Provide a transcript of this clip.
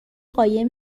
قایم